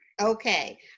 Okay